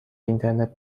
اینترنت